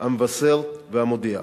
"המבשר" ו"המודיע".